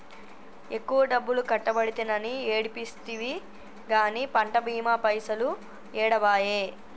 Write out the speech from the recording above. ఎక్కువ డబ్బులు కట్టబడితినని ఏడిస్తివి గాని పంట బీమా పైసలు ఏడబాయే